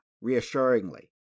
reassuringly